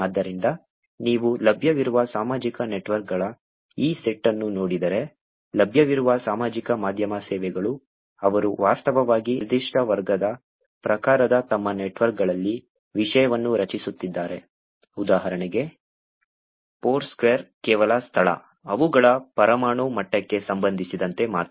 ಆದ್ದರಿಂದ ನೀವು ಲಭ್ಯವಿರುವ ಸಾಮಾಜಿಕ ನೆಟ್ವರ್ಕ್ಗಳ ಈ ಸೆಟ್ ಅನ್ನು ನೋಡಿದರೆ ಲಭ್ಯವಿರುವ ಸಾಮಾಜಿಕ ಮಾಧ್ಯಮ ಸೇವೆಗಳು ಅವರು ವಾಸ್ತವವಾಗಿ ನಿರ್ದಿಷ್ಟ ವರ್ಗದ ಪ್ರಕಾರದ ತಮ್ಮ ನೆಟ್ವರ್ಕ್ಗಳಲ್ಲಿ ವಿಷಯವನ್ನು ರಚಿಸುತ್ತಿದ್ದಾರೆ ಉದಾಹರಣೆಗೆ ಫೋರ್ಸ್ಕ್ವೇರ್ ಕೇವಲ ಸ್ಥಳ ಅವುಗಳ ಪರಮಾಣು ಮಟ್ಟಕ್ಕೆ ಸಂಬಂಧಿಸಿದಂತೆ ಮಾತ್ರ